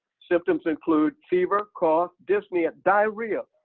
symptoms include fever, cough, dyspnea, diarrhea,